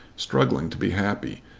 struggling to be happy,